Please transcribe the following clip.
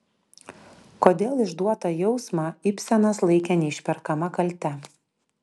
kodėl išduotą jausmą ibsenas laikė neišperkama kalte